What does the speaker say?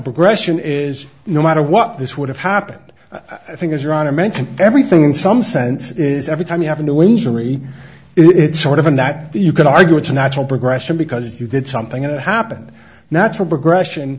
progression is no matter what this would have happened i think it's wrong to mention everything in some sense is every time you have a new injury it's sort of in that you can argue it's a natural progression because you did something that happened natural progression